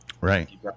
Right